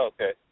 Okay